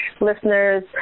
listeners